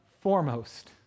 foremost